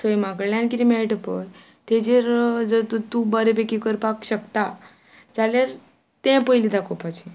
सैमा कडल्यान कितें मेळटा पळय तेजेर जर तूं बरें पेकी करपाक शकता जाल्यार तें पयलीं दाखोवपाचें